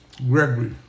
Gregory